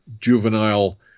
Juvenile